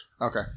Okay